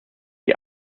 die